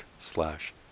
slash